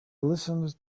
listened